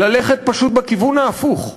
ללכת פשוט בכיוון ההפוך.